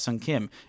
Kim